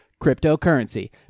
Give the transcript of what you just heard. cryptocurrency